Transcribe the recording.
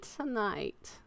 tonight